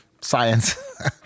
science